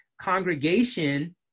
congregation